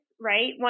right